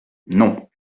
non